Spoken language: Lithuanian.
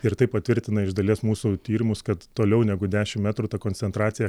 ir tai patvirtina iš dalies mūsų tyrimus kad toliau negu dešimt metrų ta koncentracija